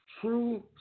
True